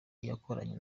yakoranye